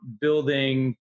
building